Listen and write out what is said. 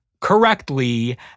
correctly